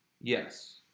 Yes